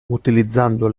utilizzando